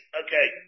okay